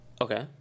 Okay